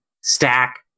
stack